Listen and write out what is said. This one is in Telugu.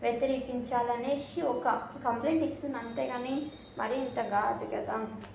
వ్యతిరేకించాలి అనేసి జస్ట్ ఒక కంప్లైంట్ ఇస్తున్న అంతేకానీ మరీ ఇంత కాదు కదా